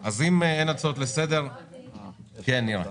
כן, נירה.